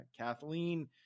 Kathleen